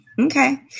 Okay